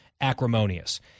acrimonious